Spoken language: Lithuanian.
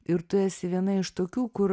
ir tu esi viena iš tokių kur